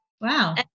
Wow